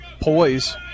poise